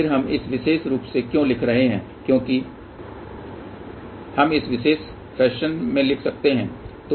फिर हम इस विशेष रूप में क्यों लिख रहे हैं क्योंकि हम इसे इस विशेष फैशन में लिख सकते है